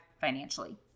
financially